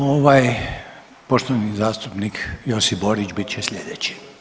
Ovaj, poštovani zastupnik Josip Borić bit će sljedeći.